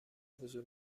حضور